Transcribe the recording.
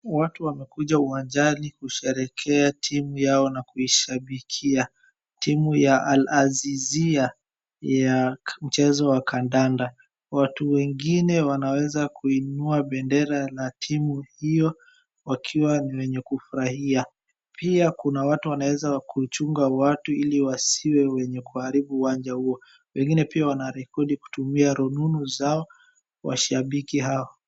Watu wamekuja uwanjani kusherehekea timu yao na kuishabikia timu ya Alaziziya ya mchezo wa kandanda. Watu wengne wanaweza kuinua bendera la timu hiyo wakiwa ni wenye kufurahia. Pia kuna watu wanaweza kuchunga watu ili wasiwe wenye kuharibu uwanja huo. Wengine pia wanarekodi kutumia rununu zao washabiki hao.